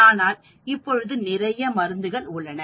ஆனால் இப்பொழுது நிறைய மருந்துகள் உள்ளன